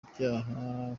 ibyaha